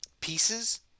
Pieces